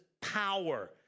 power